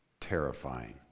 terrifying